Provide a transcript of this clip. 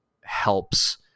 helps